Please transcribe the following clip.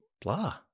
blah